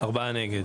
הצבעה בעד 3 נגד